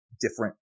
different